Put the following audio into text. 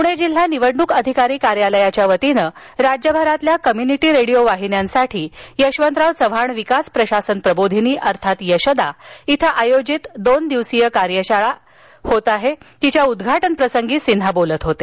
प्णे जिल्हा निवडणूक अधिकारी कार्यालयाच्या वतीने राज्यभरातील कम्युनिटी रेडिओ वाहिन्यांसाठी यशवंतराव चव्हाण विकास प्रशासन प्रबोधिनी अर्थात यशदा इथ आयोजित दोन दिवसीय कार्यशाळेच्या उद्घाटनप्रसंगी सिन्हा बोलत होते